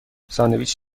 ساندویچ